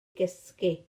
gysgu